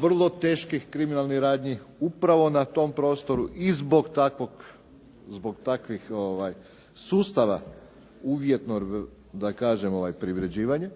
vrlo teških kriminalnih radnji upravo na tom prostoru i zbog takvih sustava uvjetno da kažem privređivanje,